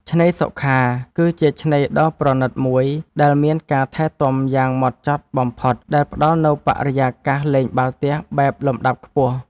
ឆ្នេរសុខាគឺជាឆ្នេរដ៏ប្រណីតមួយដែលមានការថែទាំយ៉ាងហ្មត់ចត់បំផុត ដែលផ្ដល់នូវបរិយាកាសលេងបាល់ទះបែបលំដាប់ខ្ពស់។